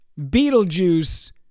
Beetlejuice